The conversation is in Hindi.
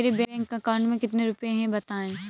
मेरे बैंक अकाउंट में कितने रुपए हैं बताएँ?